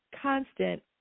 constant